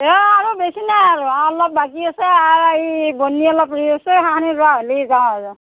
এ আৰু বেছি নাই আৰু অলপ বাকী আছে আৰ সেই ভনীয়ে অলপ ৰুই আছে সেইখানি ৰুৱা হ'লেই যাওঁ আৰু